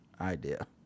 idea